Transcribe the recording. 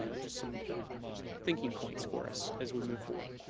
ah just some thinking points for us as we move forward.